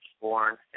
born